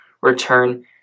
return